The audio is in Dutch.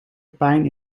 pijn